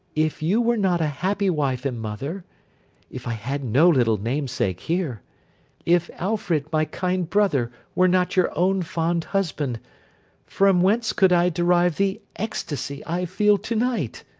if you were not a happy wife and mother if i had no little namesake here if alfred, my kind brother, were not your own fond husband from whence could i derive the ecstasy i feel to-night!